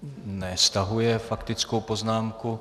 Ne, stahuje faktickou poznámku.